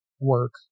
work